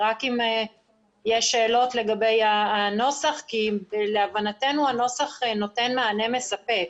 רק אם יש שאלות לגבי הנוסח כי להבנתנו הנוסח נותן מענה מספק.